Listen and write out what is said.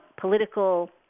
political